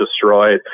destroyed